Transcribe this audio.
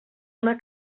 una